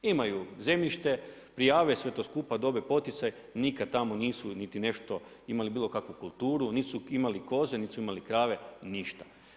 Imaju zemljište, prijave sve to skupa, dobe poticaj, nikad tamo nisu niti nešto imali bilo kakvu kulturu, niti su imali koze, niti su imali krave, ništa.